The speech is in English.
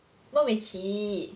孟美岐